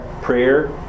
prayer